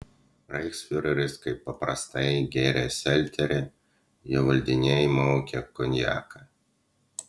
reichsfiureris kaip paprastai gėrė selterį jo valdiniai maukė konjaką